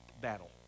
battle